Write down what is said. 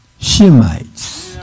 Shemites